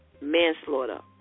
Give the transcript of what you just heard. manslaughter